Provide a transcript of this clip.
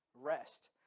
rest